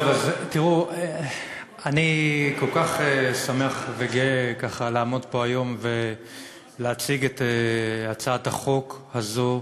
אני כל כך שמח וגאה לעמוד פה היום ולהציג את הצעת החוק הזו,